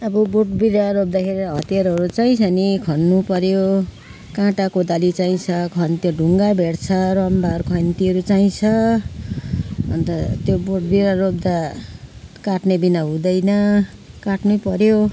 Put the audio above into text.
अब बोट बिरुवा रोप्दाखेरि हतियारहरू चाहिन्छ नि खन्नुपर्यो काँटा कोदाली चाहिन्छ खन् त्यो ढुङ्गा भेट्छ रम्भार खन्तीहरू चाहिन्छ अनि त त्यो बोट बिरुवा रोप्दा काट्ने बिना हुँदैन काट्नैपर्यो